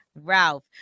Ralph